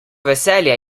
veselje